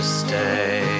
stay